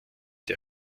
der